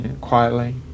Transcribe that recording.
quietly